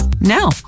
now